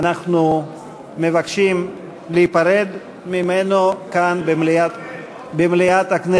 אנחנו מבקשים להיפרד ממנו כאן במליאת הכנסת.